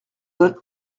donne